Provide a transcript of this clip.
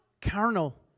carnal